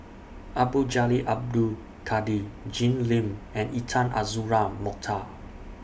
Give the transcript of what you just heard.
Abdul Jalil Abdul Kadir Jim Lim and Intan Azura Mokhtar